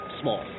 small